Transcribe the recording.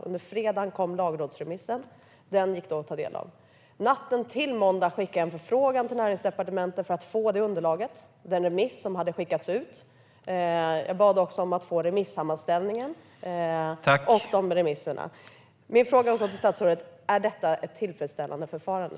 Under fredagen kom lagrådsremissen. Den kunde vi ta del av. Natten till måndag skickade jag en förfrågan till Näringsdepartementet för att få underlaget, det vill säga den remiss som hade skickats ut. Jag bad också om att få remissammanställningen och remisserna. Är detta ett tillfredsställande förfarande?